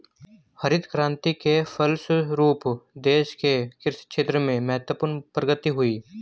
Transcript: हरित क्रान्ति के फलस्व रूप देश के कृषि क्षेत्र में महत्वपूर्ण प्रगति हुई